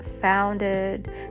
founded